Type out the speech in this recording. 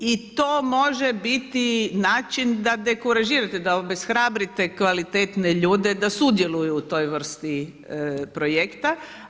I to može biti način da dekuražirate, da obeshrabrite kvalitetne ljude da sudjeluju u toj vrsti projekta.